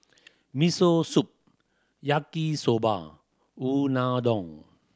Miso Soup Yaki Soba Unadon